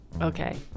Okay